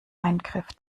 eingriff